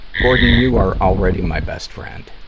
gordon, you are already my best friend.